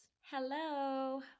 Hello